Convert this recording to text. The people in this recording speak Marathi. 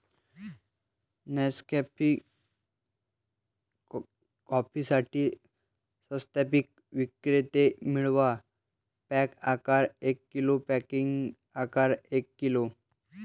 नेसकॅफे कॉफीसाठी सत्यापित विक्रेते मिळवा, पॅक आकार एक किलो, पॅकेजिंग आकार एक किलो